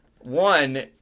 One